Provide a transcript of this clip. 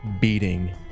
beating